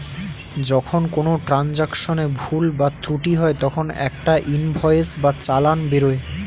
যখন কোনো ট্রান্জাকশনে ভুল বা ত্রুটি হয় তখন একটা ইনভয়েস বা চালান বেরোয়